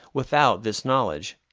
without this knowledge.